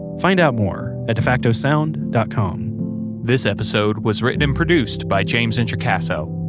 find out more at defacto sound dot com this episode was written and produced by james introcaso.